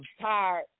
tired